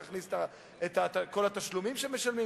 תכניס את כל התשלומים שמשלמים,